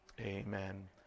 amen